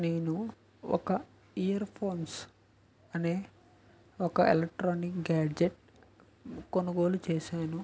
నేను ఒక ear phones అనే ఒక ఎలక్ట్రానిక్ గాడ్జెట్ కొనుగోలు చేశాను